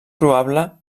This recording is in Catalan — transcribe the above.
probable